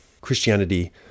Christianity